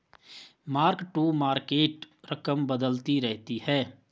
mark to market रकम बदलती रहती है